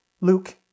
Luke